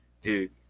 dude